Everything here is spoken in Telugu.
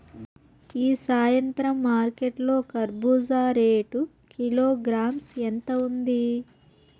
ఈ సాయంత్రం మార్కెట్ లో కర్బూజ రేటు కిలోగ్రామ్స్ ఎంత ఉంది?